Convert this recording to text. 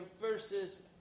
versus